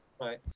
Right